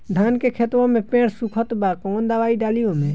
धान के खेतवा मे पेड़ सुखत बा कवन दवाई डाली ओमे?